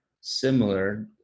similar